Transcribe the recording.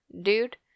dude